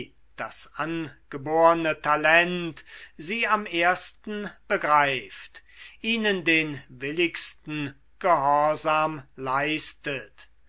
das angeborne talent sie am ersten begreift ihnen den willigsten gehorsam leistet